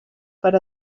per